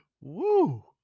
Woo